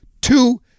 Two